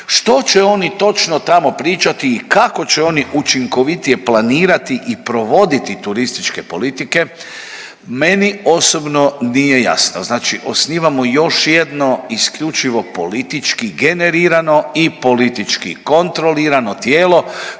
Što će oni točno tamo pričati i kako će oni učinkovitije planirati i provoditi turističke politike meni osobno nije jasno. Znači osnivamo još jedno isključivo politički generirano i politički kontrolirano tijelo